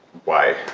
why?